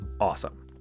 awesome